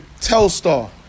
Telstar